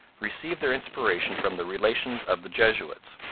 received their inspiration from the relations of the jesuits.